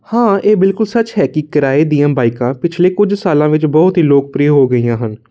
ਹਾਂ ਇਹ ਬਿਲਕੁਲ ਸੱਚ ਹੈ ਕਿ ਕਿਰਾਏ ਦੀਆਂ ਬਾਈਕਾਂ ਪਿਛਲੇ ਕੁਝ ਸਾਲਾਂ ਵਿੱਚ ਬਹੁਤ ਹੀ ਲੋਕਪ੍ਰਿਅ ਹੋ ਗਈਆਂ ਹਨ